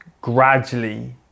gradually